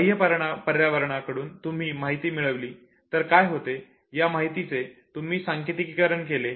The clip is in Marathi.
बाह्य पर्यावरणाकडून तुम्ही माहिती मिळवली तर काय होते त्या माहितीचे तुम्ही सांकेतीकरण केले